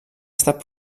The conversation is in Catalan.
estat